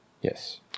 Yes